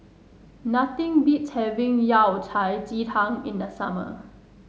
nothing beats having Yao Cai Ji Tang in the summer